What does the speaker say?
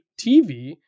TV